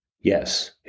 yes